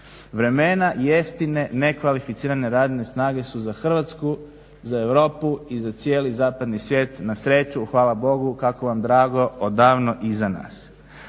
Vremena jeftine, nekvalificirane radne snage su za Hrvatsku, za Europu i za cijeli zapadni svijet na sreću, hvala Bogu, kako vam drago, odavno iza nas.